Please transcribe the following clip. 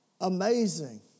amazing